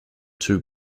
two